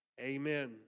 amen